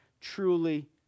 truly